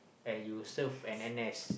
and you serve in N_S